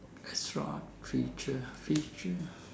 extra feature feature